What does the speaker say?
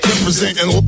Representing